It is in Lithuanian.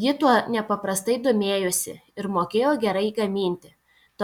ji tuo nepaprastai domėjosi ir mokėjo gerai gaminti